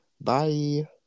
Bye